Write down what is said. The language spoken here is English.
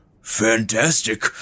Fantastic